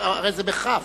הרי זה בכ"ף.